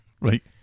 Right